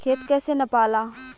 खेत कैसे नपाला?